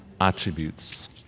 attributes